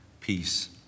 peace